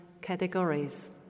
categories